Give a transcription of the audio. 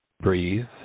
Breathe